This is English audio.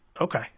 Okay